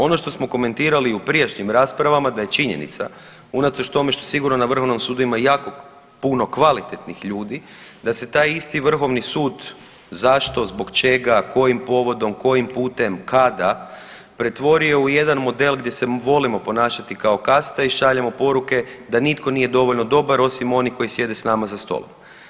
Ono što smo komentirali u prijašnjim raspravama da je činjenica unatoč tome što na Vrhovnom sudu ima jako puno kvalitetnih ljudi da se taj isti Vrhovni sud zašto, zbog čega, kojim povodom, kojim putem, kada, pretvorio u jedan model gdje se volimo ponašati kao kasta i šaljemo poruke da nitko nije dovoljno dobar osim onih koji sjede s nama za stolom.